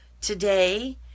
Today